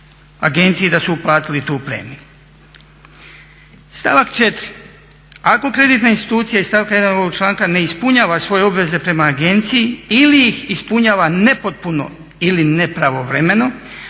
agenciji da su uplatili tu premiju. Stavak 4. Ako kreditna institucija iz stavka 1. ovog članka ne ispunjava svoje obveze prema agenciji ili ih ispunjava nepotpuno ili nepravovremeno